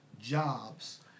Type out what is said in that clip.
jobs